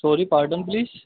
sorry pardon please